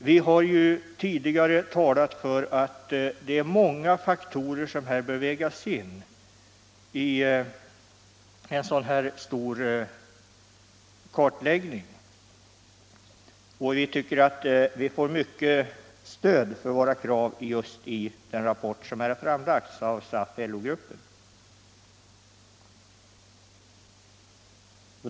Vi har tidigare talat för att många faktorer bör vägas in i en sådan här stor kartläggning, och vi tycker att vi får ett starkt stöd för våra krav i den rapport som nu framlagts av SAF LO-gruppen.